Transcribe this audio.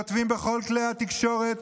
כותבים בכל כלי התקשורת,